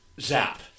zap